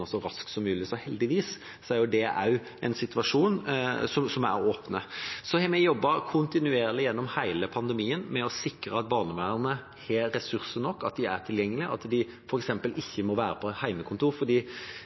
så raskt som mulig, så heldigvis er det også en situasjon at de er åpne. Vi har jobbet kontinuerlig gjennom hele pandemien med å sikre at barnevernet har ressurser nok, at de er tilgjengelige, at de